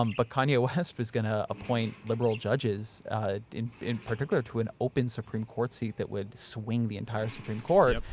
um but kanye west is going to appoint liberal judges ah in in particular to an open supreme court seat that would swing the entire supreme court. yep.